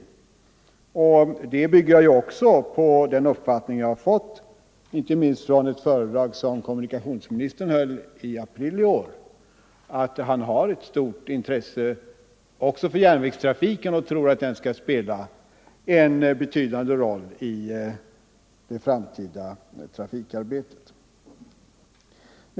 Denna förhoppning bygger jag också på den uppfattning jag har fått — inte minst av ett föredrag som kommunikationsministern höll i april i år — att kommunikationsministern har ett stort intresse också för järnvägstrafiken och tror att den skall spela en betydande roll i det framtida trafikarbetet.